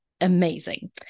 amazing